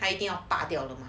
他一定要拔掉了吗